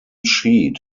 sheet